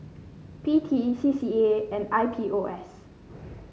P T C C A and I P O S